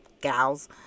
gals